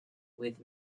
with